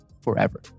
forever